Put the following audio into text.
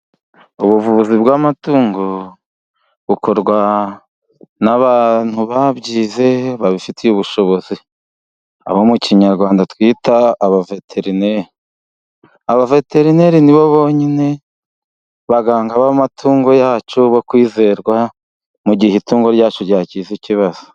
Ubuvuzi bw'amatungo bukorwa n’abantu babyize, babifitiye ubushobozi abo mu kinyarwanda twita abaveterineri. Abaveterineri nibo bonyine baganga b'amatungo yacu bo kwizerwa mu gihe itungo ryacu ryagize ikibazo.